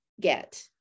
get